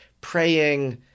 praying